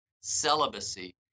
celibacy